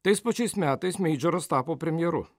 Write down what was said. tais pačiais metais meidžoras tapo premjeru